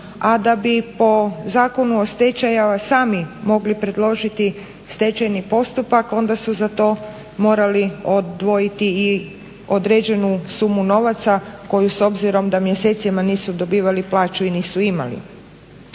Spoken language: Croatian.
A da bi po Zakonu o stečaju sami mogli predložiti stečajni postupak onda su za to morali odvojiti i određenu sumu novaca koju s obzirom da mjesecima nisu dobivali plaću i nisu imali.